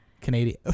Canadian